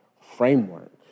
framework